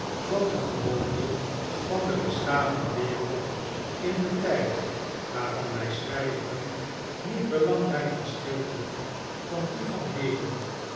dat de gewoonten van de beschaafde wereld in den tijd waarvan wij schrijven niet belangrijk verschilden van die van heden